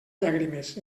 llàgrimes